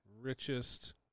richest